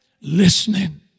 listening